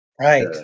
Right